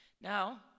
Now